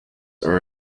are